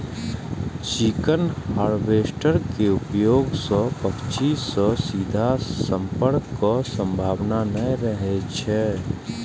chicken harvester के उपयोग सं पक्षी सं सीधा संपर्कक संभावना नै रहै छै